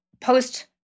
post